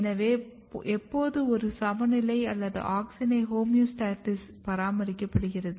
எனவே எப்போதும் ஒரு சமநிலை அல்லது ஆக்ஸினின் ஹோமியோஸ்டாஸிஸ் பராமரிக்கப்படுகிறது